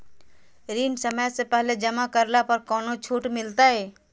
ऋण समय से पहले जमा करला पर कौनो छुट मिलतैय?